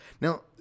now